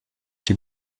die